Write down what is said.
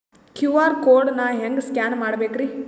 QR code ನಾ ಹೆಂಗ scan ಮಾಡಬೇಕ್ರಿ?